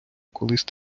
колись